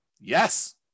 Yes